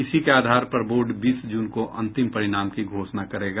इसी के आधार पर बोर्ड बीस जून को अंतिम परिणाम की घोषणा करेगा